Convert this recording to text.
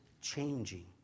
changing